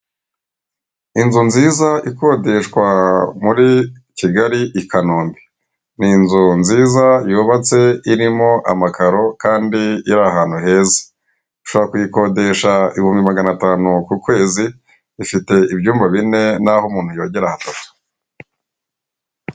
Inzu nziza ikodeshwa muri Kigali, i Kanombe. Ni inzu nziza, yubatse, irimo amakaro, kandi iri ahantu heza. Ushobora kuyikodesha ibihumbi magana atanu ku kwezi, ifite ibyumba bine, n'aho umuntu yogera hatatu.